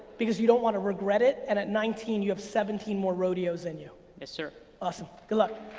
because you don't wanna regret it, and at nineteen you have seventeen more rodeos in you. yes, sir. awesome, good luck.